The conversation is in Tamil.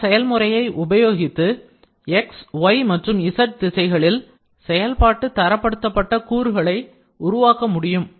இந்த செயல்முறை X Y மற்றும் Z திசைகளில் செயல்பாட்டு தரப்படுத்தப்பட்ட கூறுகளை functionally graded components உருவாக்க முடியும்